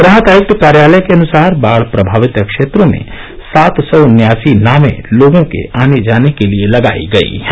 राहत आयुक्त कार्यालय के अनुसार बाढ प्रभावित क्षेत्रों में सात सौ उन्यासी नावें लोगों के आने जाने के लिए लगाई गई हैं